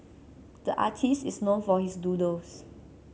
the artist is known for his doodles